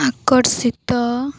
ଆକର୍ଷିତ